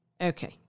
Okay